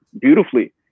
beautifully